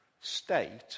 state